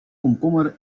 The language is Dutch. komkommer